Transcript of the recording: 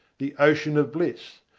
the ocean of bliss,